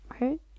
Right